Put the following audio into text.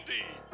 indeed